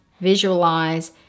Visualize